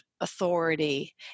authority